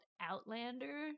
outlander